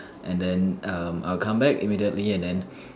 and then um I will come back immediately and then